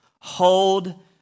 hold